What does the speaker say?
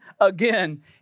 again